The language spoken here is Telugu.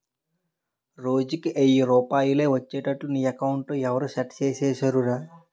రోజుకి ఎయ్యి రూపాయలే ఒచ్చేట్లు నీ అకౌంట్లో ఎవరూ సెట్ సేసిసేరురా